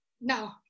No